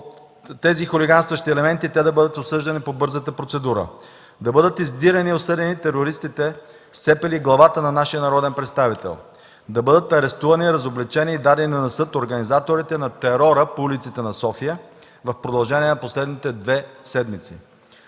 тези хулиганстващи елементи и те да бъдат осъждани по бързата процедура; да бъдат издирени и осъдени терористите, сцепили главата на нашия народен представител, да бъдат арестувани, разобличени и дадени на съд организаторите на терора по улиците на София в продължение на последните две седмици.